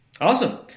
Awesome